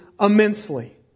immensely